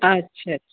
अच्छा अच्छा